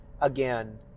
again